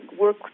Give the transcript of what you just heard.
work